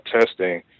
testing